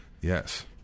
Yes